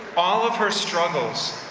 all of her struggles,